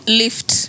lift